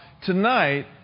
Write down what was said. tonight